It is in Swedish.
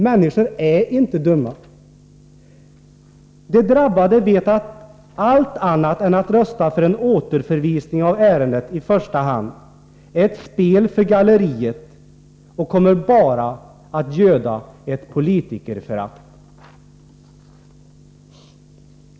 Människor är inte dumma. De drabbade vet att allt annat än att rösta för en återförvisning av ärendet i första hand är ett spel för galleriet och bara kommer att göda ett politikerförakt.